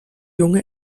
junge